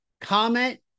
comment